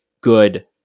good